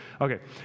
Okay